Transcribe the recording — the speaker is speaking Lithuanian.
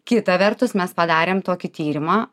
kita vertus mes padarėm tokį tyrimą